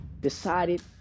decided